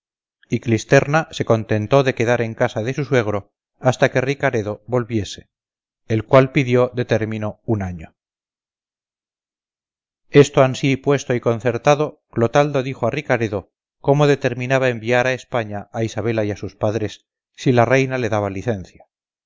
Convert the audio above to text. y clisterna se contentó de quedar en casa de su suegro hasta que ricaredo volviese el cual pidió de término un año esto ansí puesto y concertado clotaldo dijo a ricaredo como determinaba enviar a españa a isabela y a sus padres si la reina le daba licencia